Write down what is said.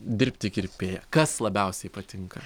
dirbti kirpėja kas labiausiai patinka